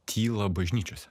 tylą bažnyčiose